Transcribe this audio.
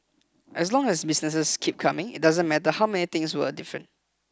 as long as business keep coming it doesn't matter how many things were different